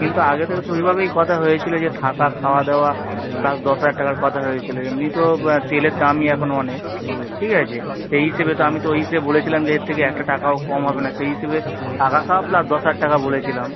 কিন্তু আগে থেকে তো ওই ভাবেই কথা হয়েছিলো যে থাকা খাওয়া দাওয়া তার দশ হাজার টাকার কথা হয়েছিলো এমনিই তো তেলের দামই এখন অনেক ঠিক আছে সেই হিসেবে তো আমি তো ওই সেই বলেছিলাম যে এর থেকে একটা টাকাও কম হবে না সেই হিসাবে টাকা খাওয়া প্লাস দশ হাজার টাকা বলেছিলাম